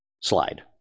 slide